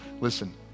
Listen